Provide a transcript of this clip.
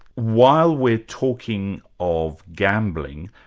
while we're talking of gambling,